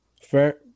Fair